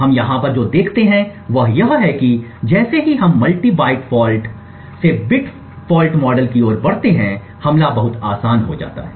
हम यहाँ पर जो देखते हैं वह यह है कि जैसे ही हम मल्टी बाइट फॉल्ट से बिट फॉल्ट मॉडल की ओर बढ़ते हैं हमला बहुत आसान हो जाता है